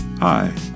Hi